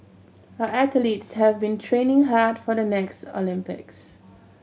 our athletes have been training hard for the next Olympics